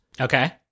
Okay